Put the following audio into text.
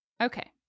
Okay